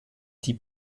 die